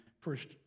first